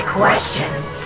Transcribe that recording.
questions